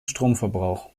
stromverbrauch